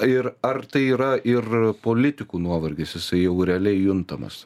ir ar tai yra ir politikų nuovargis jisai jau realiai juntamas